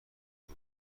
فرو